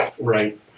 Right